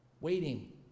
Waiting